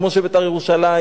כמו ש"בית"ר ירושלים"